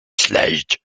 slide